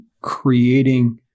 creating